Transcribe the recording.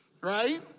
right